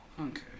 okay